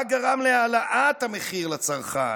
רק גרמה להעלאת המחיר לצרכן.